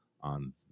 on